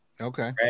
Okay